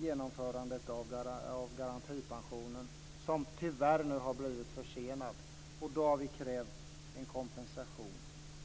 genomförandet av garantipensionen, som tyvärr nu har blivit försenat. Därför har vi krävt kompensation.